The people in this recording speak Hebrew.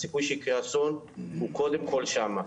הסיכוי שיקרה אסון הוא קודם כל שם.